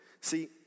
See